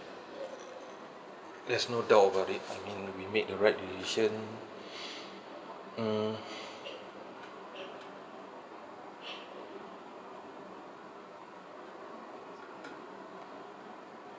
there's no doubt about it I mean we made the right decision mm